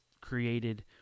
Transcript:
created